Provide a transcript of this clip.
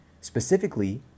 Specifically